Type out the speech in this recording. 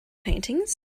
paintings